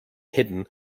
hidden